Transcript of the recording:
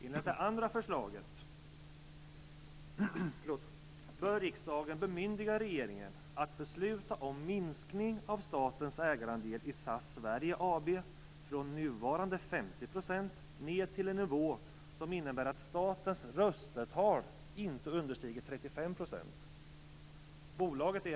Enligt det andra förslaget bör riksdagen bemyndiga regeringen att besluta om minskning av statens ägarandel i SAS Sverige AB från nuvarande 50 % ned till en nivå som innebär att statens röstetal inte understiger 35 %.